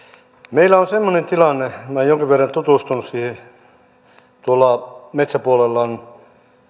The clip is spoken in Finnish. meillä on semmoinen tilanne minä olen jonkin verran tutustunut siihen että tuolla metsäpuolella on